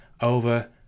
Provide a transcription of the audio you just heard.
over